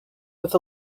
with